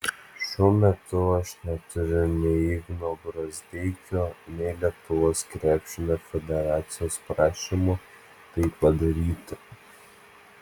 šiuo metu aš neturiu nei igno brazdeikio nei lietuvos krepšinio federacijos prašymo tai padaryti